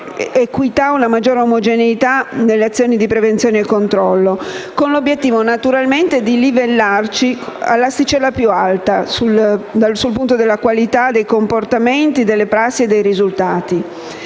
equità e una maggiore omogeneità nelle azioni di prevenzione e controllo, con l'obiettivo di livellarci all'asticella più alta sul punto della qualità dei comportamenti, delle prassi e dei risultati.